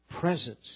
presence